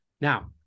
Now